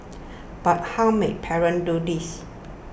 but how may parents do this